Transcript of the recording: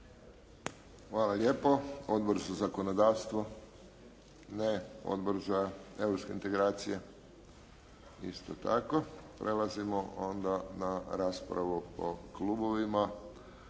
Hvala lijepo. Odbor za zakonodavstvo? Ne. Odbor za europske integracije? Isto tako. Prelazimo onda na raspravu po klubovima.